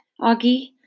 Augie